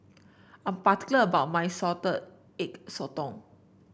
I'm particular about my Salted Egg Sotong